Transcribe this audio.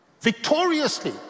victoriously